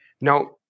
Now